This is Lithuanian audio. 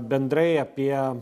bendrai apie